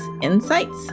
insights